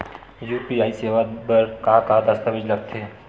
UPI सेवा बर का का दस्तावेज लगथे?